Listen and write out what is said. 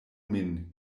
min